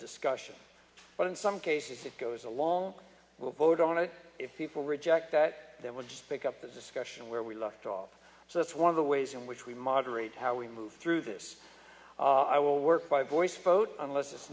discussion but in some cases it goes along will vote on it if people reject that then would just pick up the discussion where we left off so that's one of the ways in which we moderate how we move through this i will work by voice vote unless it's